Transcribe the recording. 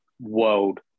world